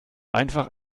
einfach